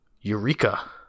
Eureka